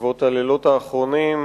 בעקבות הלילות האחרונים,